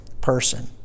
person